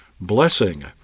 blessing